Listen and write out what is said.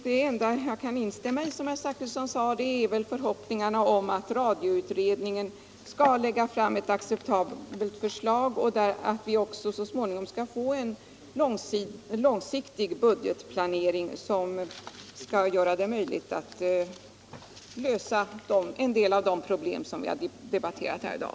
Det enda jag kan instämma i som herr Zachrisson sade är väl förhoppningarna om att radioutredningen skall lägga fram ett acceptabelt förslag och att vi också så småningom skall få en långsiktig budgetplanering som kommer att göra det möjligt att lösa en del av de problem vi debatterat här i dag.